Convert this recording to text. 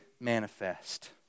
manifest